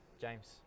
James